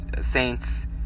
Saints